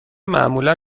معمولا